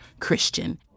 Christian